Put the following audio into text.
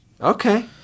Okay